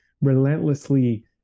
relentlessly